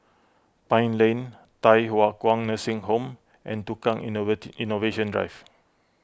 Pine Lane Thye Hua Kwan Nursing Home and Tukang Innovate Innovation Drive